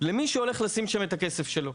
למי שהולך לשים שם את הכסף שלו.